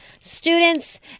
students